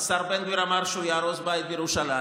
השר בן גביר אמר שהוא יהרוס בית בירושלים,